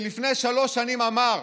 שלפני שלוש שנים אמר: